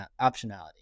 optionality